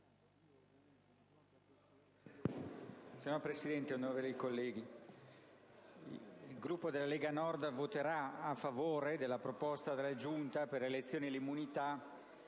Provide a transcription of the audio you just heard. Signor Presidente, onorevoli colleghi, il Gruppo della Lega Nord voterà a favore della proposta della Giunta delle elezioni e delle immunità